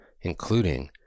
including